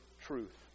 truth